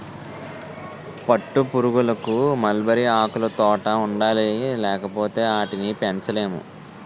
పట్టుపురుగులకు మల్బరీ ఆకులుతోట ఉండాలి లేపోతే ఆటిని పెంచలేము